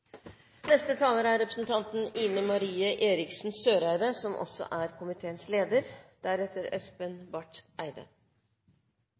Neste taler er Ine M. Eriksen Søreide, som er komiteens leder.